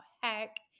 heck